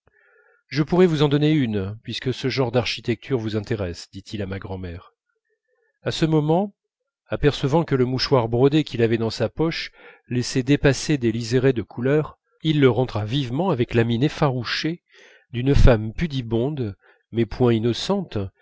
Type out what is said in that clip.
je pourrai vous en donner une puisque ce genre d'architecture vous intéresse dit-il à ma grand'mère à ce moment apercevant que le mouchoir brodé qu'il avait dans sa poche laissait dépasser des liserés de couleur il le rentra vivement avec la mine effarouchée d'une femme pudibonde mais point innocente